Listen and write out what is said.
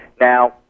Now